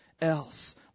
else